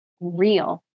real